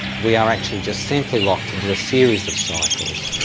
we are actually just simply locked into a series of cycles.